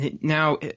Now